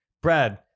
Brad